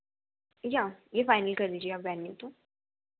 या यह फ़ाइनल कर लीजिए आप वेन्यू तो